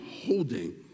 holding